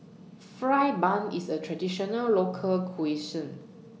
Fried Bun IS A Traditional Local Cuisine